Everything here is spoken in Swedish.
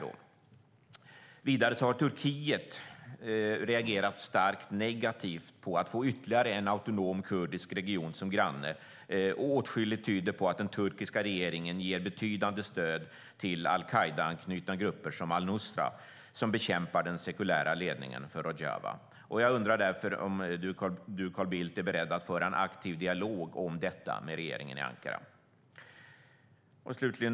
Turkiet har reagerat starkt negativt på att få ytterligare en autonom kurdisk region som granne, och åtskilligt tyder på att den turkiska regeringen ger betydande stöd till al-Qaida-anknutna grupper som al-Nusra som bekämpar den sekulära ledningen för Rojava. Jag undrar därför om Carl Bildt är beredd att föra en aktiv dialog om detta med regeringen i Ankara?